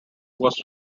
was